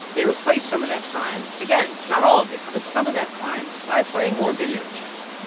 they replace some of that time again, not all of it but some of that time by playing more video games.